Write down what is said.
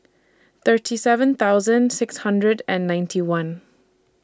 thirty seven thousand six hundred and ninety one